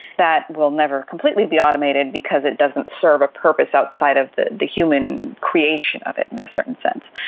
that will never be completely be automated because it doesn't serve a purpose outside of the the human creation of it, in a certain sense.